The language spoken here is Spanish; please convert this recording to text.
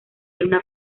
era